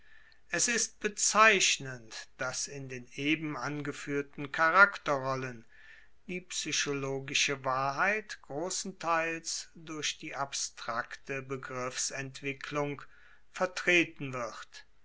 es ist bezeichnend dass in den eben angefuehrten charakterrollen die psychologische wahrheit grossenteils durch die abstrakte begriffsentwicklung vertreten wird